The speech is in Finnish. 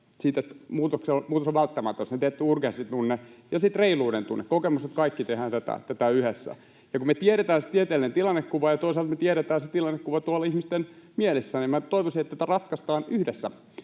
muutos on välttämätön, se tietty urgenssin tunne ja sitten reiluuden tunne, kokemus, että kaikki yhdessä tätä tehdään. Ja kun me tiedetään se tieteellinen tilannekuva ja toisaalta me tiedetään se tilannekuva tuolla ihmisten mielissä, niin toivoisin, että tätä ratkaistaan yhdessä.